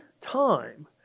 time